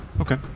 Okay